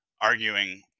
arguing